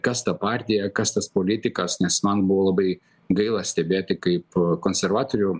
kas ta partija kas tas politikas nes man buvo labai gaila stebėti kaip konservatorių